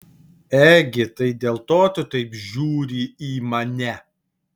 egi tai dėl to tu taip žiūri į mane